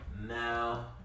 Now